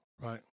Right